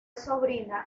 sobrina